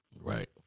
Right